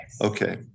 Okay